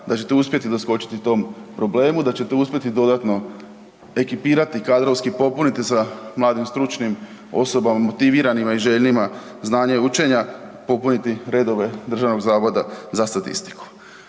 da ćete uspjeti doskočiti tom problemu, da ćete uspjeti dodatno ekipirati, kadrovski popuniti sa mladim stručnim osobama, motiviranima i željnima znanja i učenja, popuniti redove DZS-a. Naravno,